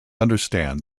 understand